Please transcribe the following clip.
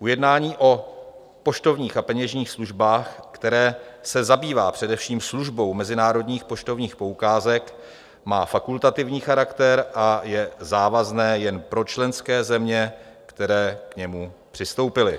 Ujednání o poštovních a peněžních službách, které se zabývá především službou mezinárodních poštovních poukázek, má fakultativní charakter a je závazné jen pro členské země, které k němu přistoupily.